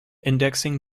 indexing